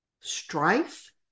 Strife